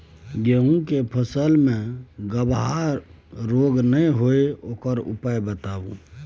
गेहूँ के फसल मे गबहा रोग नय होय ओकर उपाय बताबू?